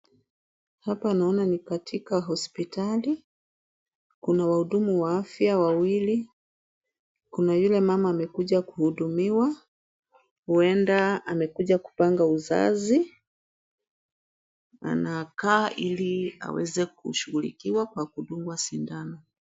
Hapa naona ni katika hospitali, kuna wahudumu wa afya wawili, kuna yule mama amekuja kuhudumiwa, huenda amekuja kupanga uzazi. Anakaa ili aweze kushughulikiwa kwa kudungwa sindano.